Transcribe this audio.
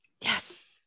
Yes